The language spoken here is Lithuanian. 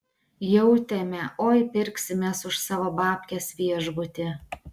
jautėme oi pirksimės už savo babkes viešbutį